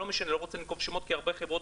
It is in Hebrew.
אני לא רוצה לנקוב בשמות כי הרבה מהחברות